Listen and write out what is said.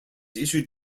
issued